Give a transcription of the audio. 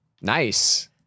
nice